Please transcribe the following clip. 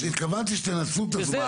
אז התכוונתי שתנצלו את הזמן,